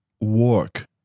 Work